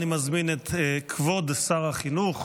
אני מזמין את כבוד שר החינוך